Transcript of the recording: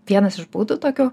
vienas iš būdų tokių